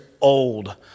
old